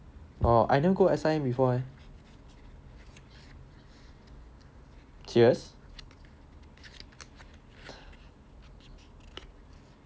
oh I never go S_I_M before leh serious